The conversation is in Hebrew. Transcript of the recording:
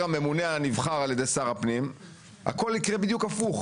הממונה הנבחר על ידי שר הפנים הכול יקרה בדיוק הפוך,